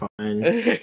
fine